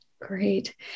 Great